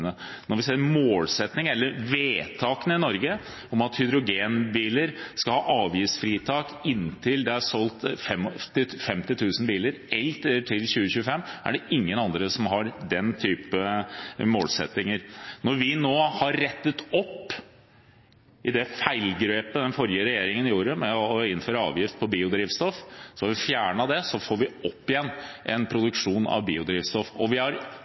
Når vi ser på målsettingene – eller vedtakene – i Norge om at hydrogenbiler skal ha avgiftsfritak inntil det er solgt 50 000 biler eller til 2025, er det ingen andre som har den type målsettinger. Når vi nå har rettet opp i det feilgrepet den forrige regjeringen gjorde med å innføre avgift på biodrivstoff – vi har fjernet den – får vi opp igjen en produksjon av biodrivstoff. Vi har